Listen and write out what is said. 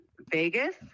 Vegas